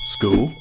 School